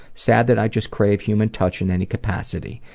sad that i just crave human touch in any capacity.